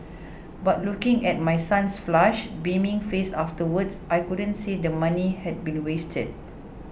but looking at my son's flushed beaming face afterwards I couldn't say the money had been wasted